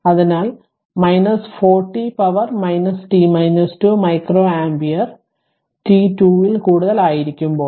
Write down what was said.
അതിനാൽ 40 power t 2 microampere t 2 ൽ കൂടുതൽ ആയിരിക്കുമ്പോൾ